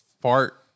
fart